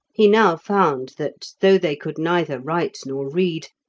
he now found that, though they could neither writer nor read,